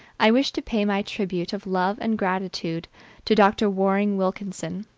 i wish to pay my tribute of love and gratitude to dr. warring wilkinson.